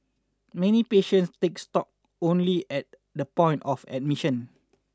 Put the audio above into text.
many patients take stock only at the point of admission